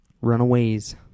Runaways